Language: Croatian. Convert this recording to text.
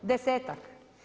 Desetak.